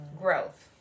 Growth